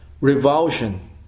Revulsion